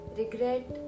regret